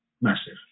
massive